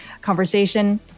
conversation